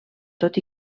tot